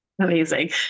Amazing